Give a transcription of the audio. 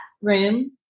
room